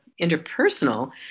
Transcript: interpersonal